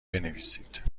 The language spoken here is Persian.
بنویسید